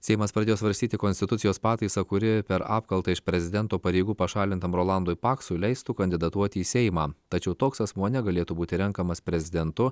seimas pradėjo svarstyti konstitucijos pataisą kuri per apkaltą iš prezidento pareigų pašalintam rolandui paksui leistų kandidatuoti į seimą tačiau toks asmuo negalėtų būti renkamas prezidentu